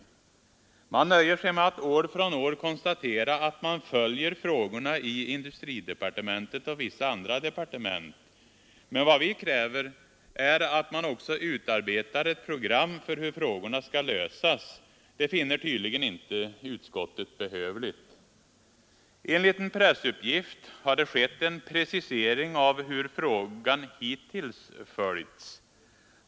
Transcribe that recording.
Utskottet nöjer sig med att år från år konstatera att man följer frågorna i industridepartementet och vissa andra departement. Men vad vi kräver är att man också utarbetar ett program för hur frågorna skall lösas. Det finner tydligen inte utskottet behövligt. Enligt en pressuppgift har det skett en precisering av hur frågan hittills följts.